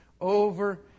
over